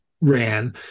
ran